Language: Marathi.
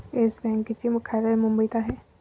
येस बँकेचे मुख्यालय मुंबईत आहे